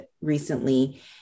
recently